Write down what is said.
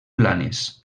blanes